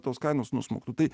tos kainos nusmuktų tai